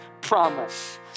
promise